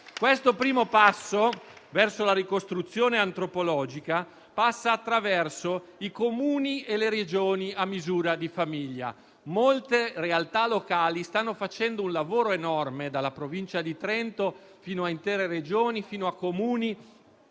Questo primo passo verso la ricostruzione antropologica passa attraverso i Comuni e le Regioni a misura di famiglia. Molte realtà locali stanno facendo un lavoro enorme, dalla Provincia di Trento fino a intere Regioni e Comuni,